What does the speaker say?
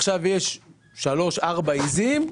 עכשיו יש שלוש-ארבע עיזים,